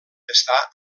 està